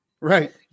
Right